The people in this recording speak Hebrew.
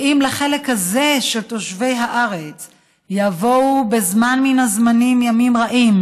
ואם לחלק הזה של תושבי הארץ יבואו בזמן מן הזמנים ימים רעים,